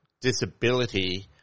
disability